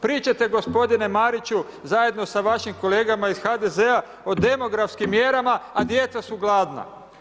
Pričate gospodine Mariću zajedno sa vašim kolegama iz HDZ-a o demografskim mjerama, a djeca su gladna.